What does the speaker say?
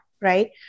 Right